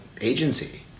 agency